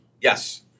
Yes